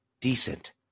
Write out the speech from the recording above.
decent